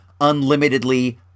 unlimitedly